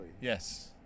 Yes